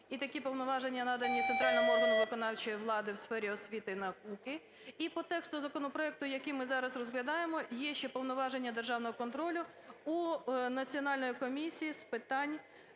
і такі повноваження надані центральним органам виконавчої влади у сфері освіти і науки. І по тексту законопроекту, який ми зараз розглядаємо, є ще повноваження державного контролю у Національної комісії з питань